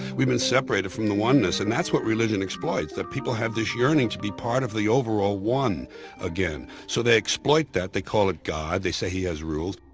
we've been separated from the oneness, and that's what religion exploits. that people have this yearning to be part of the overall one again. so they exploit that. they call it god, they say he has rules,